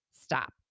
Stop